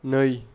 नै